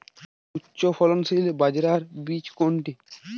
উচ্চফলনশীল বাজরার বীজ কোনটি?